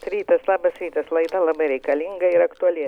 rytas labas rytas laida labai reikalinga ir aktuali